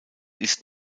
ist